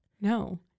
no